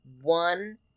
one